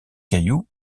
cailloux